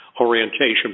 orientation